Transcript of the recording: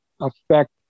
affect